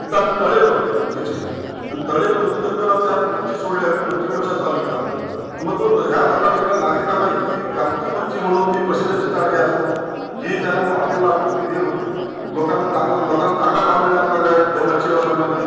तिथं आम्ही तळे खोदले मच्छीचे आणि तळे खोदून त्यातून त्यात मच्छी सोडली आम्ही मच्छी व्यवसाय चालू केला आम्ही मग तो ह्या लोकांनी इकडं नागरिकांना इथली गावठी मच्छी म्हणून ती प्रसिद्ध जिताडी असो ही त्यांना मग हॉटेलला आम्ही ती देऊन लोकांना चां लोकांना चांगला भाव मिळायला लागलाय त्या मच्छी व्यवसायामध्ये